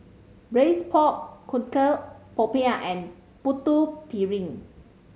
Braised Pork Knuckle popiah and Putu Piring